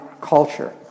culture